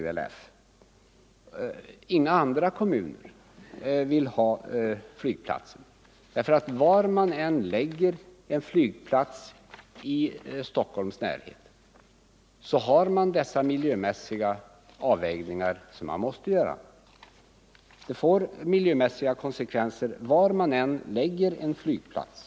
35 Inga andra kommuner vill ha flygplatsen. Var man än lägger en flygplats i Stockholms närhet måste miljömässiga avvägningar göras. Det får nämligen miljömässiga konsekvenser var man än lägger en flygplats.